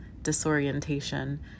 disorientation